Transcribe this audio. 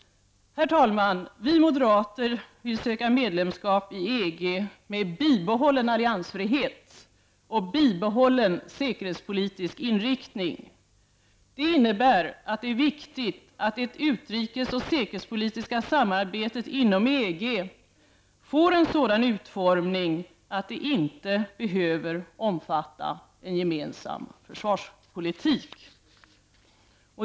Herr talman! Vi moderater vill söka medlemskap i EG med bibehållen alliansfrihet och bibehållen säkerhetspolitisk inriktning. Det innebär att det är viktigt att det utrikes och säkerhetspolitiska samarbetet inom EG får en sådan uformning att det inte behöver omfatta en gemensam försvarspolitik.